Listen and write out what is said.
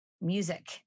music